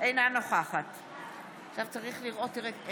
אינה נוכחת אבקש לקרוא בשמות חברי הכנסת שלא נכחו בהצבעה הראשונה.